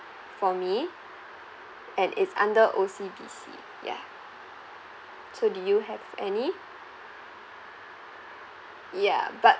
for me and is under O_C_B_C ya so do you have any ya but